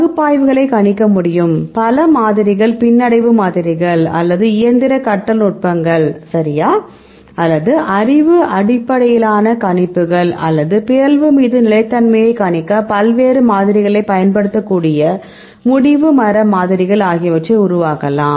பகுப்பாய்வுகளை கணிக்க முடியும் பல மாதிரிகள் பின்னடைவு மாதிரிகள் அல்லது இயந்திர கற்றல் நுட்பங்கள் சரியா அல்லது அறிவு அடிப்படையிலான கணிப்புகள் அல்லது பிறழ்வு மீது நிலைத்தன்மையை கணிக்க பல்வேறு மாதிரிகளைப் பயன்படுத்தக்கூடிய முடிவு மர மாதிரிகள் ஆகியவற்றை உருவாக்கலாம்